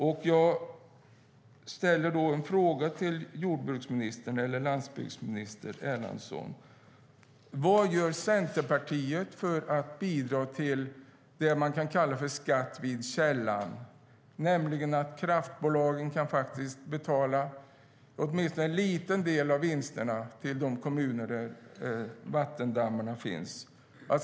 Jag vill ställa en fråga till landsbygdsminister Erlandsson. Vad gör Centerpartiet för att bidra till det man kan kalla för skatt vid källan? Kraftbolagen kan faktiskt betala åtminstone en liten del av vinsterna till de kommuner där vattendammarna finns.